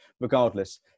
regardless